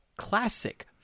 classic